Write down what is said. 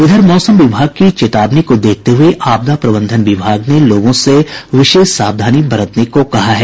इधर मौसम विभाग की चेतावनी को देखते हुये आपदा प्रबंधन विभाग ने लोगों से विशेष सावधानी बरतने को कहा है